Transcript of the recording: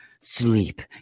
sleep